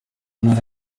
ntara